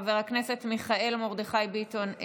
חבר הכנסת מיכאל מרדכי ביטון,